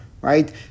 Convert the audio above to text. Right